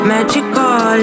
Magical